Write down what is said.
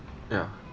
ya